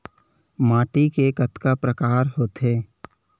माटी के कतका प्रकार होथे?